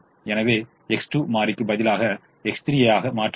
எனவே எக்ஸ் 2 மாறிக்கு பதிலாக எக்ஸ் 3 யாக மாற்றியுள்ளது